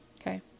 Okay